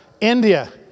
India